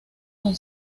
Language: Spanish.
con